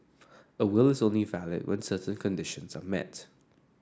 a will is only valid when certain conditions are met